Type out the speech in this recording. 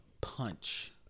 punch